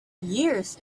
years